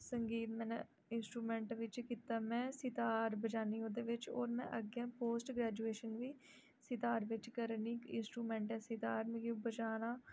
संगीत में न इंस्ट्रूमेंट बिच्च कीता में सितार बजानी ओह्दे बिच्च होर में अग्गें पोस्ट ग्रेजुएजन बी सितार बिच्च करै नी इंस्ट्रूमेंट ऐ सितार मिगी ओह् बजाना